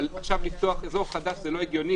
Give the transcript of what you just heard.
אבל עכשיו לפתוח אזור חדש זה לא הגיוני,